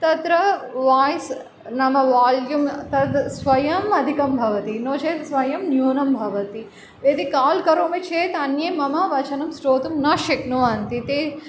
तत्र वाय्स् नाम वाल्यूं तद् स्वयम् अधिकं भवति नो चेत् स्वयं न्यूनं भवति यदि काल् करोमि चेत् अन्ये मम वचनं श्रोतुं न शक्नुवन्ति ते